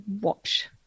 watch